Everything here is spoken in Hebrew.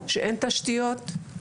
שאין תשתיות,